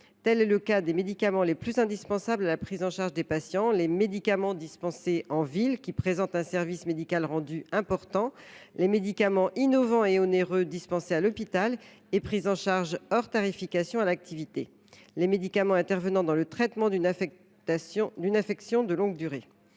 Tel est le cas des médicaments les plus indispensables à la prise en charge des patients : les médicaments dispensés en ville, qui présentent un service médical rendu important ; les médicaments innovants et onéreux dispensés à l’hôpital et pris en charge hors tarification à l’activité ; les médicaments intervenant dans le traitement d’une affection de longue durée.